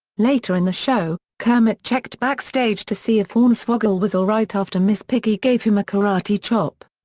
later in the show, kermit checked backstage to see if hornswoggle was alright after miss piggy gave him a karate chop.